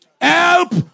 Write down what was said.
Help